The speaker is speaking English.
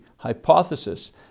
hypothesis